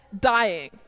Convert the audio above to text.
dying